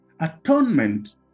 Atonement